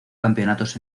campeonatos